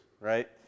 Right